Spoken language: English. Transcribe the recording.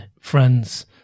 friends